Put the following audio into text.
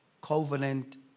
covenant